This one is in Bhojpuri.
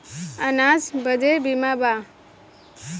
अनाज बदे बीमा बा